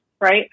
Right